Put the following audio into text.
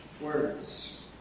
words